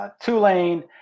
Tulane